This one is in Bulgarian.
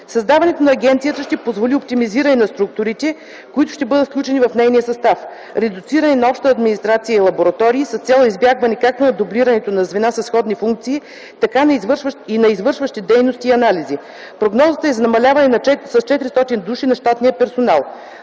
Създаването на агенцията ще позволи оптимизиране на структурите, които ще бъдат включени в нейния състав, редуциране на общата администрация и лаборатории с цел избягване както на дублирането на звена със сходни функции, така и на извършваните дейности и анализи. Прогнозата е за намаляване с 400 души на щатния персонал.